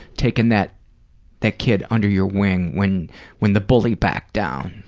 taking that that kid under your wing, when when the bully backed down.